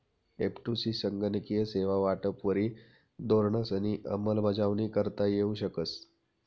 एफ.टु.सी संगणकीय सेवा वाटपवरी धोरणंसनी अंमलबजावणी करता येऊ शकस